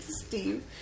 Steve